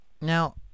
Now